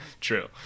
true